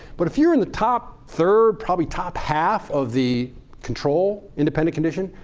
but if you're in the top third, probably top half of the control independent condition,